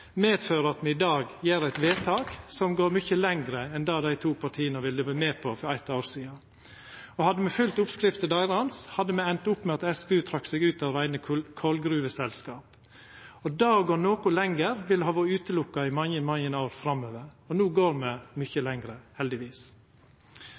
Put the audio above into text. medfører at me i dag gjer eit vedtak som går mykje lenger enn det dei to partia ville verta med på for eitt år sidan. Hadde me følgt oppskrifta deira, hadde me enda opp med at SPU trakk seg ut av reine kolgruveselskap, og det å gå noko lenger, hadde vore utelukka i mange, mange år framover. No går me mykje